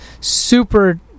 super